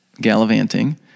gallivanting